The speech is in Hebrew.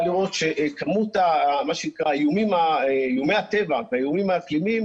לראות שכמות איומי הטבע והאיומים האקלימיים,